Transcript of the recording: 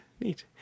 neat